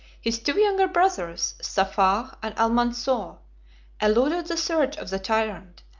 his two younger brothers, saffah and almansor, eluded the search of the tyrant,